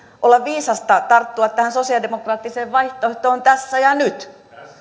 olla viisasta tarttua tähän sosialidemokraattiseen vaihtoehtoon tässä ja nyt